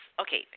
okay